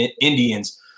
Indians